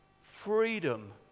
freedom